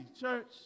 church